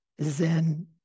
Zen